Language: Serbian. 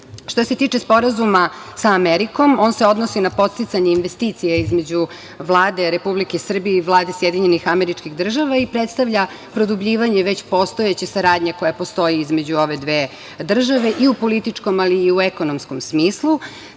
se tiče sporazuma sa Amerikom, on se odnosi na podsticanje investicija između Vlade Republike Srbije i Vlade SAD i predstavlja produbljivanje već postojeće saradnje koja postoji između ove dve države i u političkom, ali i u ekonomskom smislu. Ta